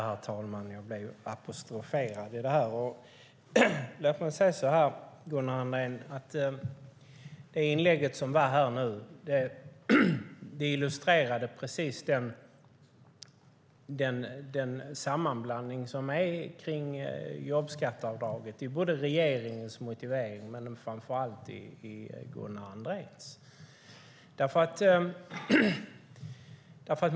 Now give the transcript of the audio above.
Herr talman! Jag blev apostroferad, och jag vill därför säga följande till Gunnar Andrén. Hans inlägg illustrerade precis den sammanblandning som finns kring jobbskatteavdraget, i regeringens motivering men framför allt i Gunnar Andréns.